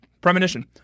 Premonition